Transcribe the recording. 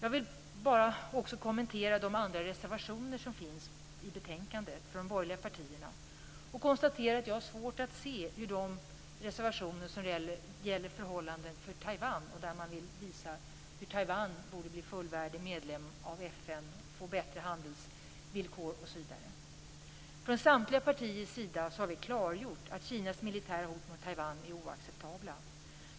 Jag vill också kommentera de reservationer som finns i betänkandet från de borgerliga partierna som gäller förhållandena för Taiwan och som vill visa att Taiwan borde bli fullvärdig medlem av FN, få bättre handelsvillkor osv.